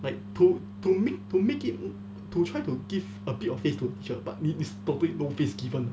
like to to make to make it to try to give a bit of face to teacher but 你 is totally no face given